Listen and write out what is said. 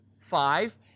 five